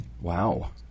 Wow